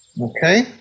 Okay